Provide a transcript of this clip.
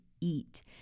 eat